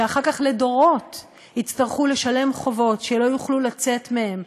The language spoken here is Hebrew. שאחר כך לדורות יצטרכו לשלם חובות שלא יוכלו לצאת מהם,